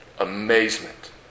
Amazement